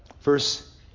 Verse